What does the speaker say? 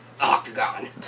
octagon